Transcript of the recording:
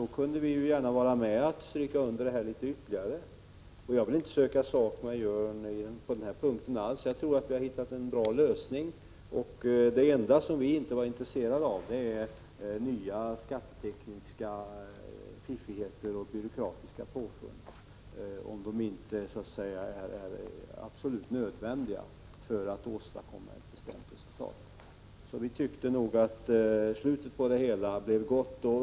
Då ville vi gärna understryka detta ytterligare. Jag vill inte alls söka sak med Jörn Svensson på den här punkten, utan jag tror att vi har kommit fram till en bra lösning. Det enda som vi inte är intresserade av är nya skattetekniska fiffigheter och byråkratiska påfund, såvida de inte är direkt nödvändiga för att åstadkomma ett bestämt resultat. Vi tyckte nog att slutet blev gott.